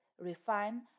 refine